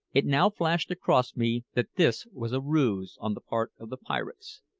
it now flashed across me that this was a ruse on the part of the pirates,